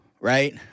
Right